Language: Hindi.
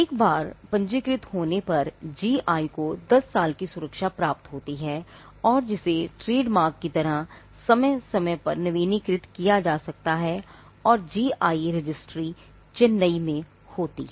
एक बार पंजीकृत होने पर जी आई रजिस्ट्री चेन्नई में होती है